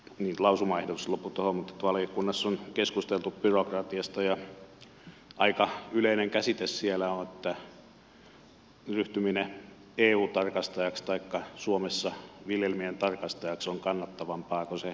jos lausuma jossa nukuttaa valio kunnas on keskusteltu byrokratiasta ja aika yleinen käsitys siellä on että ryhtyminen eu tarkastajaksi taikka suomessa viljelmien tarkastajaksi on kannattavampaa kuin se viljely